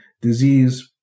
disease